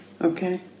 Okay